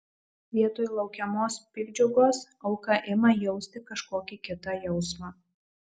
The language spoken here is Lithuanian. vietoj laukiamos piktdžiugos auka ima jausti kažkokį kitą jausmą